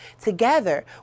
Together